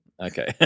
Okay